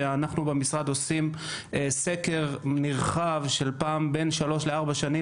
שאנחנו במשרד עושים סקר נרחב של פעם בין שלוש לארבע שנים,